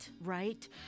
right